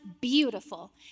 beautiful